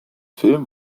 film